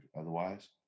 otherwise